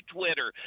Twitter